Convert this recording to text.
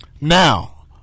Now